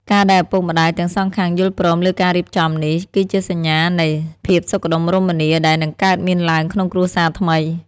ការដែលឪពុកម្ដាយទាំងសងខាងយល់ព្រមលើការរៀបចំនេះ គឺជាសញ្ញានៃ "ភាពសុខដុមរមនា" ដែលនឹងកើតមានឡើងក្នុងគ្រួសារថ្មី។